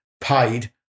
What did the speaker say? paid